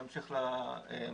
נמשיך לשקף הבא.